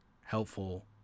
helpful